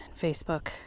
Facebook